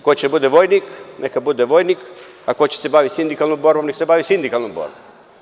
Ko hoće da bude vojnik, neka bude vojnik, a ko hoće da se bavi sindikalnom borbom, neka se bavi sindikalnom borbom.